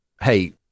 hey